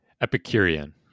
Epicurean